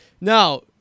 Now